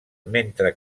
mentre